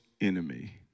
enemy